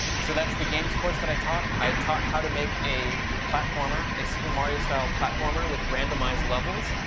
so that's the game of course that i taught. i taught how to make a platformer, a super mario style platformer with randomized levels,